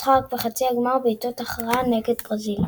והודחה רק בחצי הגמר בבעיטות הכרעה נגד ברזיל.